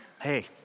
hey